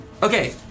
Okay